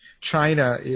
China